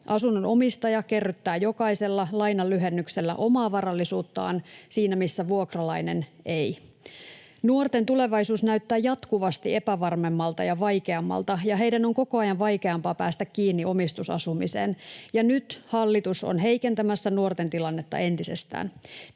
Asunnon omistaja kerryttää jokaisella lainanlyhennyksellä omaa varallisuuttaan siinä, missä vuokralainen ei. Nuorten tulevaisuus näyttää jatkuvasti epävarmemmalta ja vaikeammalta, ja heidän on koko ajan vaikeampaa päästä kiinni omistusasumiseen. Nyt hallitus on heikentämässä nuorten tilannetta entisestään.